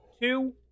two